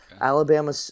Alabama